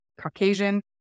caucasian